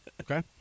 Okay